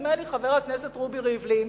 נדמה לי, חבר הכנסת רובי ריבלין?